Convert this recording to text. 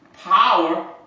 power